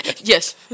Yes